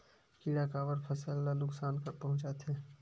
किड़ा काबर फसल ल नुकसान पहुचाथे?